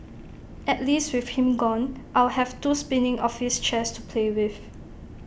at least with him gone I'll have two spinning office chairs to play with